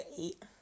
eight